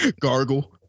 Gargle